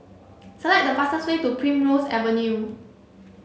select the fastest way to Primrose Avenue